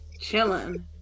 Chilling